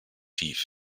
tief